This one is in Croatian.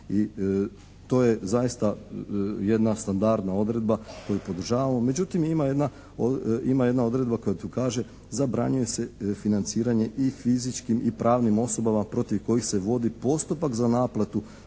to je zaista jedna standardna odredba koju podržavamo. Međutim ima jedna odredba koja tu kaže, zabranjuje se financiranje i fizičkim i pravnim osobama protiv kojih se vodi postupak za naplatu